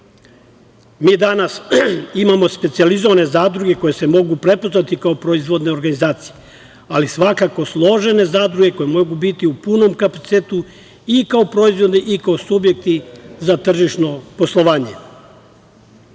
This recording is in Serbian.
danas imamo specijalizovane zadruge koje se mogu prepoznati kao proizvodne organizacije, ali svakako složene zadruge koje mogu biti u punom kapacitetu i kao proizvodne i kao subjekti za tržišno poslovanje. Posebno